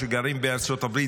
שגרים בארצות הברית,